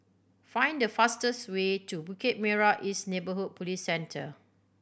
find the fastest way to Bukit Merah East Neighbourhood Police Centre